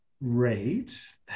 rate